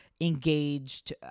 engaged